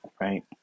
Right